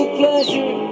pleasure